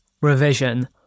revision